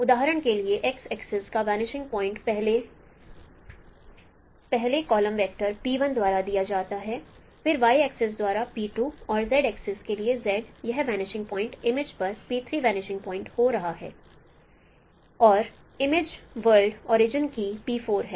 उदाहरण के लिए X एक्सिस का वनिशिंग पॉइंट् पहले कॉलम वेक्टर द्वारा दिया जाता है फिर Y एक्सिस द्वारा और Z एक्सिस के लिए Z यह वनिशिंग पॉइंट् इमेज पर वनिशिंग पॉइंट् हो रहा है और इमेज वर्ल्ड ओरिजिन की है